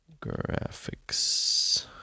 Graphics